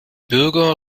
bürger